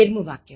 તેરમું વાક્ય